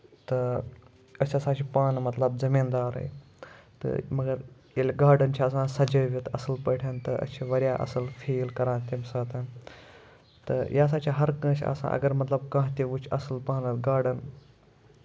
تہٕ أسۍ ہسا چھِ پانہٕ مطلب زٔمیٖن دار تہٕ ییٚلہِ کَٹن چھِ آسان سَجٲوِتھ اَصٕل پٲٹھۍ تہٕ أسۍ چھِ واریاہ اَصٕل فیٖل کران تَمہِ ساتَن تہٕ یہِ ہسا چھِ ہر کٲنسہِ آسان اَگر مطلب کانہہ تہِ وٕچھ اَصٕل پَہن گاڈَن